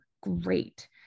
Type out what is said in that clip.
great